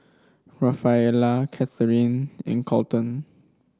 Rafaela Cathrine and Kolton